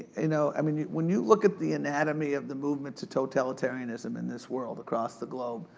you know, i mean when you look at the anatomy of the movements of totalitarianism in this world, across the globe,